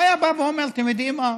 הוא היה בא ואומר: אתם יודעים מה?